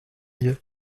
mien